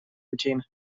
routine